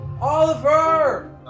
Oliver